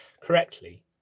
correctly